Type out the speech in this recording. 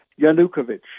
Yanukovych